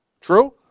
True